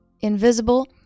invisible